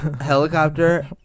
helicopter